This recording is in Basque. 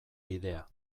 bidea